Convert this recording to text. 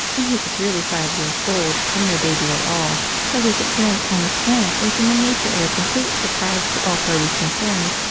and he is really five years old and no baby at all but his appearance on this planet was in the nature of a complete surprise to all parties concerned,